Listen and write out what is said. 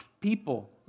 people